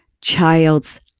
child's